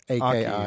Aki